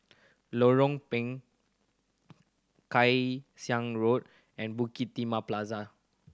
Lorong Kay Siang Road and Bukit Timah Plaza